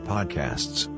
Podcasts